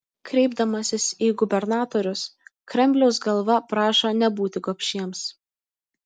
kreipdamasis į gubernatorius kremliaus galva prašo nebūti gobšiems